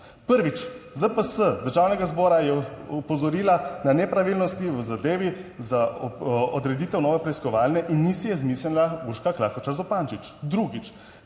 Prvič, ZPS Državnega zbora je opozorila na nepravilnosti v zadevi za odreditev nove preiskovalne in ni si je izmislila Urška Klakočar Zupančič. Drugič.